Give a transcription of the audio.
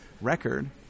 record